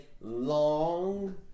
long